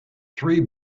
three